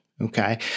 okay